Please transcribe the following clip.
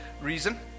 reason